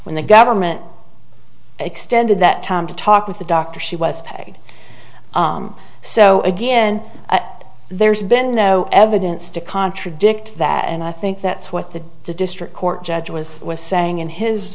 when the government extended that time to talk with the doctor she was ok so again there's been no evidence to contradict that and i think that's what the district court judge was saying in his